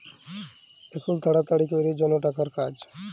এখুল তাড়াতাড়ি ক্যরের জনহ টাকার কাজ